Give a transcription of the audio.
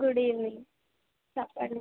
good evening చెప్పండి